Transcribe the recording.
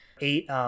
eight